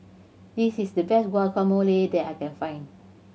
this is the best Guacamole that I can find